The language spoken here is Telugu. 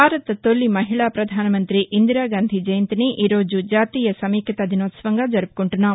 భారత్ తొలి మహిళా పధానమంతి ఇందిరాగాంధీ జయంతిని ఈ రోజు జాతీయ సమైక్యతా దినోత్సవంగా జరుపుకుంటున్నాం